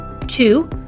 two